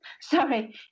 Sorry